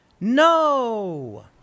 no